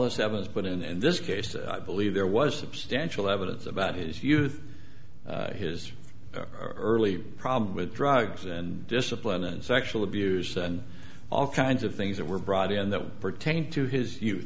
this evidence but and this case i believe there was substantial evidence about his youth his early problem with drugs and discipline and sexual abuse and all kinds of things that were brought in that pertained to his